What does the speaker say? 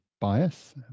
bias